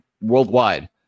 worldwide